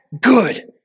good